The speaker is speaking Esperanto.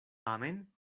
tamen